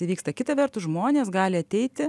įvyksta kita vertus žmonės gali ateiti